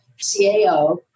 CAO